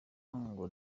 ngo